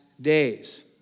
days